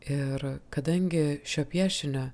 ir kadangi šio piešinio